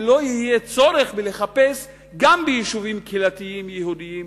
ולא יהיה צורך לחפש פתרונות גם ביישובים קהילתיים יהודיים.